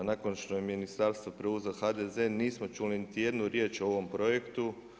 Nakon što je ministarstvo preuzeo HDZ nismo čuli niti jednu riječ o ovom projektu.